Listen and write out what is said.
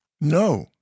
No